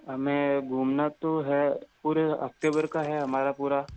हमें घूमना तो हैं पूरे हफ़्ते भर का है हमारा पूरा